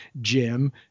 Jim